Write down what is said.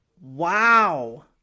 Wow